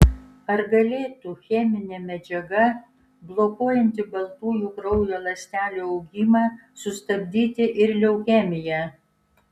ar galėtų cheminė medžiaga blokuojanti baltųjų kraujo ląstelių augimą sustabdyti ir leukemiją